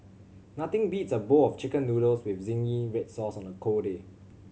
nothing beats a bowl of Chicken Noodles with zingy red sauce on a cold day